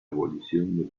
abolición